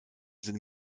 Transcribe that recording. sind